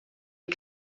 est